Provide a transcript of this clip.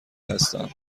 هستم